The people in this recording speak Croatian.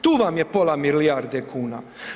Tu vam je pola milijarde kuna.